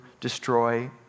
destroy